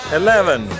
eleven